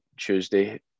Tuesday